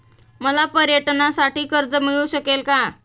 मला पर्यटनासाठी कर्ज मिळू शकेल का?